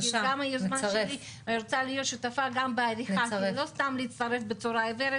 אני רוצה להיות שותפה גם בעריכה לא סתם להצטרף בצורה עיוורת.